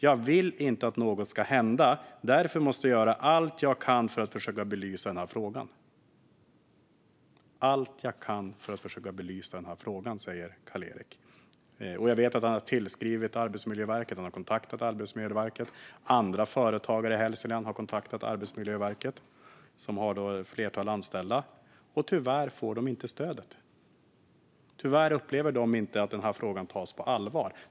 Jag vill inte att något ska hända, därför måste jag göra allt jag kan för att försöka belysa den här frågan." "Allt jag kan för att försöka belysa den här frågan", säger Karl-Erik. Jag vet att han har kontaktat Arbetsmiljöverket. Andra företagare i Hälsingland som har ett flertal anställda har kontaktat Arbetsmiljöverket. Tyvärr får de inget stöd. Tyvärr upplever de inte att frågan tas på allvar.